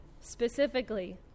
specifically